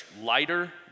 lighter